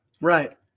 Right